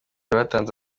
batanze